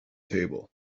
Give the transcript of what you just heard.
table